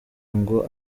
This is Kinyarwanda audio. ngo